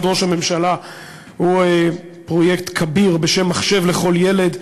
ראש הממשלה הוא פרויקט כביר בשם "מחשב לכל ילד",